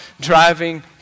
driving